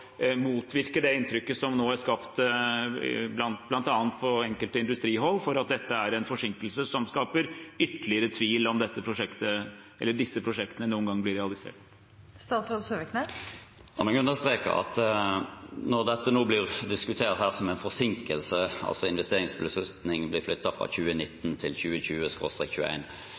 det inntrykket som nå er skapt, bl.a. på enkelte industrihold, av at dette er en forsinkelse som skaper ytterligere tvil om disse prosjektene noen gang blir realisert. La meg understreke at når dette nå blir diskutert her som en forsinkelse, altså at investeringsbeslutningen blir flyttet fra 2019 til